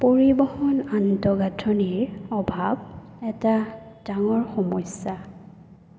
পৰিৱহণ আন্তঃগাঁথনিৰ অভাৱ এটা ডাঙৰ সমস্যা